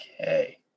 Okay